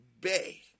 bay